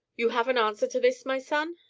you have an answer to this, my son?